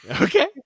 Okay